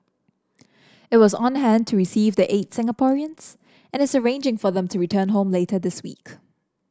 it was on hand to receive the eight Singaporeans and is arranging for them to return home later this week